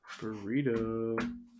Burrito